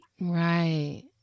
Right